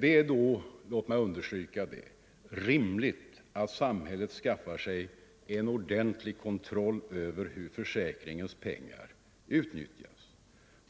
Det är då, låt mig understryka det, rimligt att samhället skaffar sig en ordentlig kontroll över hur försäkringens pengar utnyttjas.